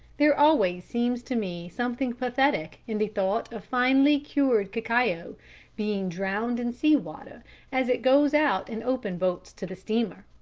there always seems to me something pathetic in the thought of finely-cured cacao being drowned in sea water as it goes out in open boats to the steamer.